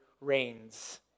reigns